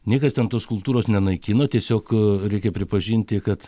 niekas ten tos kultūros nenaikina tiesiog reikia pripažinti kad